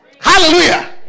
Hallelujah